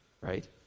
Right